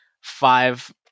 five